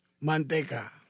Manteca